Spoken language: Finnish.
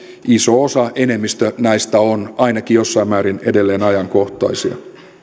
iso osa enemmistö näistä on ainakin jossain määrin edelleen ajankohtaisia